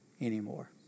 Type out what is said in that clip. anymore